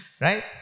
right